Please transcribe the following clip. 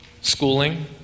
schooling